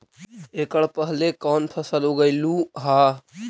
एकड़ पहले कौन फसल उगएलू हा?